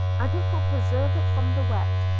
and it will preserve it from the wet.